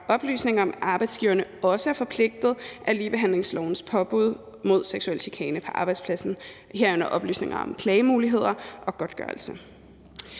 oplysninger om, at arbejdsgiverne også er forpligtet af ligebehandlingslovens påbud i forhold til seksuel chikane på arbejdspladsen, herunder oplysninger om klagemuligheder og godtgørelse.